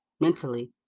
mentally